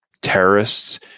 terrorists